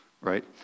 right